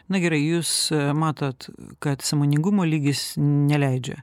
na gerai jūs matot kad sąmoningumo lygis neleidžia